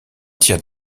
tiers